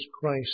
Christ